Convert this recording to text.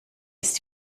ist